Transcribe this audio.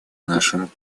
нашим